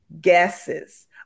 guesses